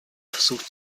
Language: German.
versucht